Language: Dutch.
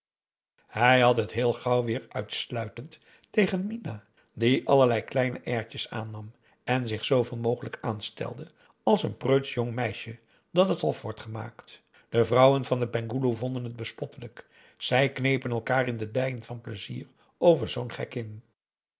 hij had het heel gauw weer uitsluitend tegen minah die allerlei kleine airtjes aannam en zich zooveel mogelijk aanstelde als een preutsch jong meisje dat t hof wordt gemaakt de vrouwen van den penghoeloe vonden het bespottelijk zij knepen elkaar in de dijen van pleizier over zoo'n